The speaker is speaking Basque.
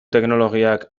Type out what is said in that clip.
teknologiak